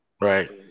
Right